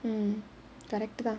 mm correct தான்:dhaan